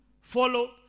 follow